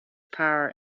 power